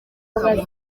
kamonyi